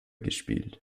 gespielt